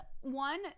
one